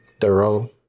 thorough